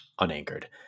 Unanchored